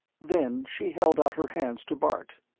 then she held out her hands to bart.